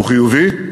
הוא חיובי,